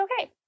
okay